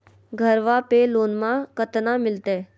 घरबा पे लोनमा कतना मिलते?